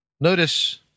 Notice